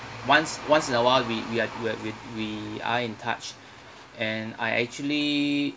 once once in a while we we are we are we are in touch and I actually